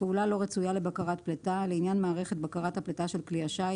"פעולה לא רצויה לבקרת פליטה" לעניין מערכת בקרת הפליטה של כלי שיט,